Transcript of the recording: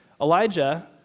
Elijah